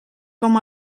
com